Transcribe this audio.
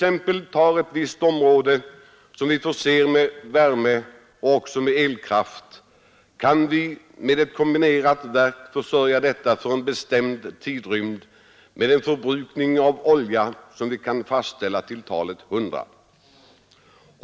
Ett område som vi förser med värme och elkraft kan vi med ett kombinerat verk försörja för en bestämd tidsrymd med en förbrukning av olja som vi kan fastställa till talet 100.